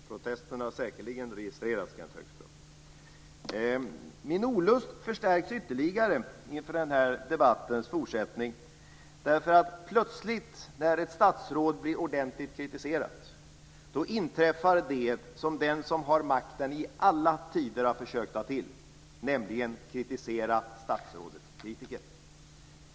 Fru talman! Protesten har säkerligen registrerats, Min olust förstärks ytterligare inför den här debattens fortsättning. Plötsligt när ett statsråd blir ordentligt kritiserad inträffar det som den som har makten i alla tider har försökt ta till, nämligen att kritisera statsrådets kritiker.